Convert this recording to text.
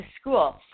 school